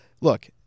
look